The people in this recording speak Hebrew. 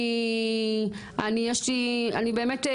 אני באמת,